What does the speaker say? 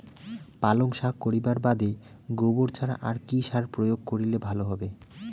পালং শাক করিবার বাদে গোবর ছাড়া আর কি সার প্রয়োগ করিলে ভালো হবে?